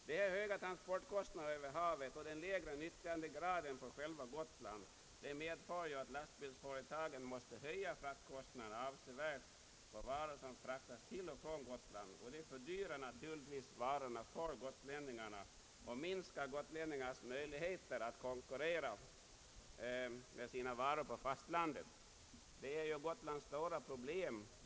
De höga transportkostnaderna över havet och den lägre nyttjandegraden på själva Gotland medför att lastbilsföretagen måste höja fraktkostnaderna avsevärt för varor som fraktas till och från Gotland, vilket naturligtvis fördyrar varorna för gotlänningarna och minskar gotlänningarnas möjligheter att konkurrera med sina varor på fastlandet, vilket ju är Gotlands stora problem.